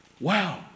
wow